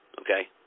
Okay